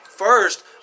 First